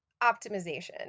optimization